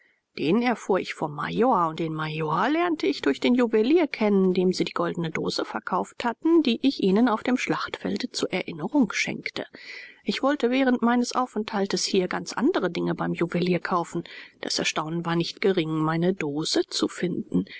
den erfuhr ich vom major und den major lernte ich durch den juwelier kennen dem sie die goldene dose verkauft hatten die ich ihnen auf dem schlachtfelde zur erinnerung schenkte ich wollte während meines aufenthaltes hier ganz andere dinge beim juwelier kaufen das erstaunen war nicht gering meine dose zu finden